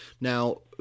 now